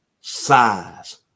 size